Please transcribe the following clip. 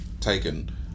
taken